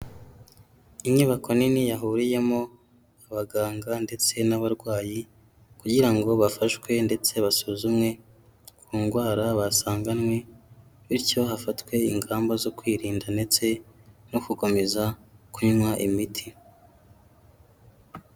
Inyubako nini yahuriyemo abaganga ndetse n'abarwayi kugira ngo bafashwe ndetse basuzumwe ku ndwara basanganywe, bityo hafatwe ingamba zo kwirinda ndetse no gukomeza kunywa imiti.